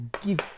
give